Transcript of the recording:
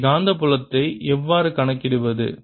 இங்கே காந்தப்புலத்தை எவ்வாறு கணக்கிடுவது